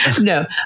No